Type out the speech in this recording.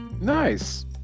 Nice